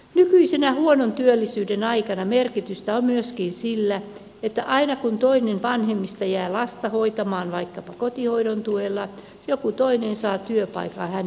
nykyisenä huonon työllisyyden aikana merkitystä on myöskin sillä että aina kun toinen vanhemmista jää lasta hoitamaan vaikkapa kotihoidon tuella joku toinen saa työpaikan hänen sijastaan